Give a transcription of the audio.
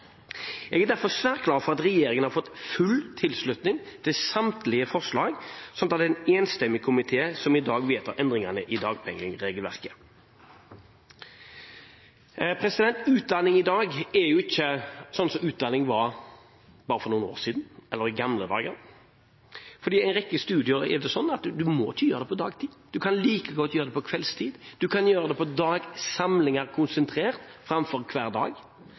Jeg er derfor svært glad for at regjeringen har fått full tilslutning til samtlige forslag, slik at det i dag er en enstemmig komité bak vedtaket om endringer i dagpengeregelverket. Utdanning i dag er ikke slik som utdanning var for bare noen år siden, eller i gamle dager. I en rekke studier er det slik at en ikke må studere på dagtid, en kan like godt gjøre det på kveldstid, en kan gjøre det på konsentrerte dagsamlinger framfor hver dag.